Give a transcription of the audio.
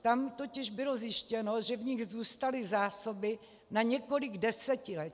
Tam totiž bylo zjištěno, že v nich zůstaly zásoby na několik desetiletí.